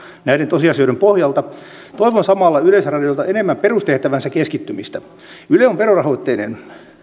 näiden tosiasioiden pohjalta toivon samalla yleisradiolta enemmän perustehtäväänsä keskittymistä yle on verorahoitteinen